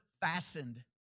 fastened